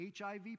HIV